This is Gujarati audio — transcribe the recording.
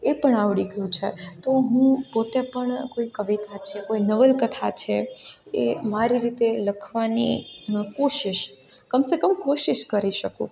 એ પણ આવડી ગયું છે તો હું પોતે પણ કોઈ કવિતા છે કોઈ નવલકથા છે એ મારી રીતે લખવાની કોશિશ કમ સે કમ કોશિશ કરી શકું